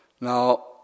Now